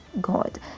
God